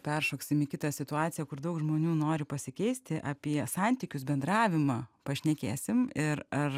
peršoksim į kitą situaciją kur daug žmonių nori pasikeisti apie santykius bendravimą pašnekėsim ir ar